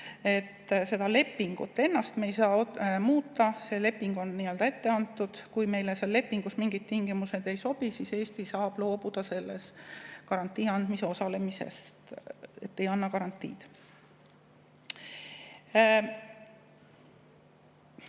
seda lepingut ennast me ei saa muuta, leping on nii-öelda ette antud. Kui meile seal lepingus mingid tingimused ei sobi, siis Eesti saab loobuda garantii andmises osalemisest, me ei anna garantiid. Komisjoni